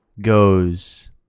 goes